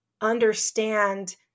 understand